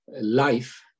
life